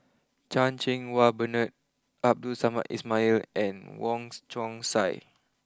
Chan Cheng Wah Bernard Abdul Samad Ismail and Wongs Chong Sai